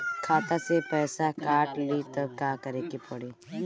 खाता से पैसा काट ली त का करे के पड़ी?